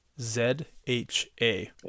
Z-H-A